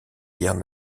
guerres